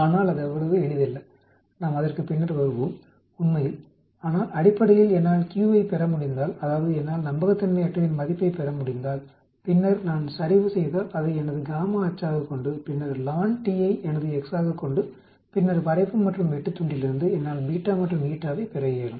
ஆனால் அது அவ்வளவு எளிதல்ல நாம் அதற்கு பின்னர் வருவோம் உண்மையில் ஆனால் அடிப்படையில் என்னால் q ஐப் பெற முடிந்தால் அதாவது என்னால் நம்பகத்தன்மையற்றதின் மதிப்பைப் பெற முடிந்தால் பின்னர் நான் சரிவு செய்தால் அதை எனது y அச்சாகக் கொண்டு பின்னர் ln ஐ எனது x ஆகக் கொண்டு பின்னர் வரைவு மற்றும் வெட்டுத்துண்டிலிருந்து என்னால் β மற்றும் ηவைப் பெற இயலும்